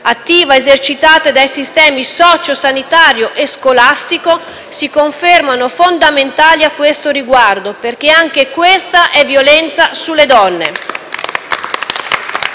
attiva esercitata dai sistemi socio-sanitario e scolastico si confermano fondamentali a questo riguardo, perché anche questa è violenza sulle donne.